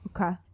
Okay